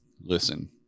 listen